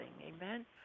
Amen